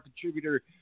contributor